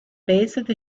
base